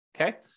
okay